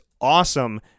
awesome